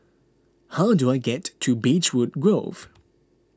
how do I get to Beechwood Grove